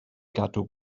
gadw